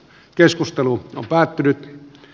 keskustelu on päättynyt